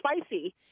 spicy